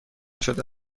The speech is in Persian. شده